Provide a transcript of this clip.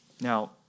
Now